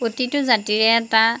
প্ৰতিটো জাতিৰে এটা